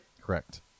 Correct